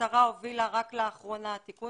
השרה הובילה רק לאחרונה תיקון